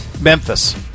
Memphis